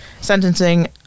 Sentencing